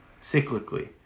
cyclically